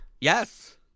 Yes